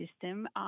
system